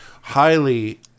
Highly